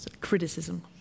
criticism